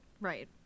Right